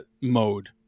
mode